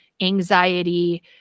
anxiety